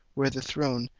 where the throne,